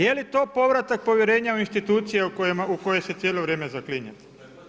Je li to povratak povjerenja u institucije u koje se cijelo vrijeme zaklinjete?